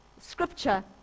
scripture